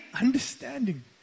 understanding